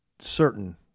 certain